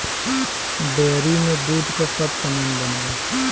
dairy में दूध क सब सामान बनेला